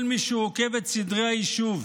"כל מי שהוא עוקב את סדרי היישוב,